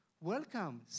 welcome